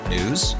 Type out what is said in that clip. News